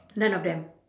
none of them